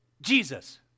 Jesus